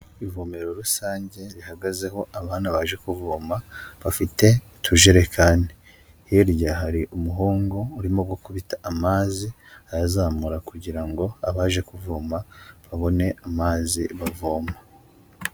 Ivomero rusange rihagazeho abana baje kuvoma bafite tujerekani, hirya hari umuhungu urimo gukubita amazi yazamura kugirango abaje kuvoma babone amazi bavoma.